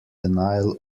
denial